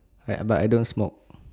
hide but I don't smoke